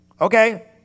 Okay